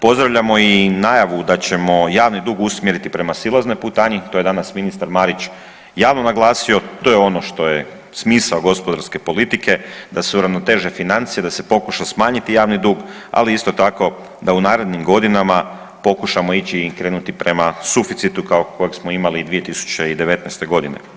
Pozdravljamo i najavu da ćemo javni dug usmjeriti prema silaznoj putanji, to je danas ministar Marić javno naglasio, to je ono što je smisao gospodarske politike, da se uravnoteže financije, da se pokuša smanjiti javni dug, ali isto tako da u narednim godinama pokušamo ići i krenuti prema suficitu kao kojeg smo imali 2019. godine.